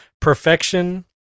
perfection